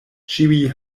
ĉiuj